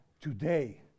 today